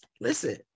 listen